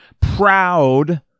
proud